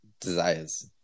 desires